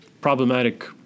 problematic